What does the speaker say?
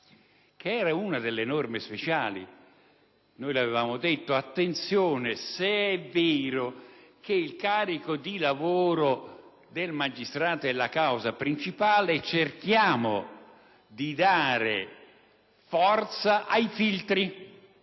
che era una delle norme speciali. Noi l'avevamo detto: attenzione, se è vero che il carico di lavoro del magistrato è la causa principale della lentezza del sistema